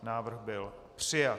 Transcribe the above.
Návrh byl přijat.